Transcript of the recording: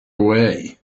away